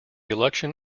election